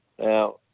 Now